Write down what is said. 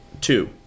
two